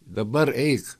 dabar eik